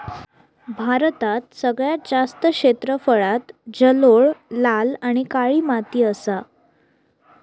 भारतात सगळ्यात जास्त क्षेत्रफळांत जलोळ, लाल आणि काळी माती असा